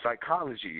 psychology